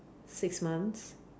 six months